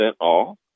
off